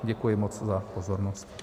Děkuji moc za pozornost.